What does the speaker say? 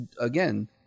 again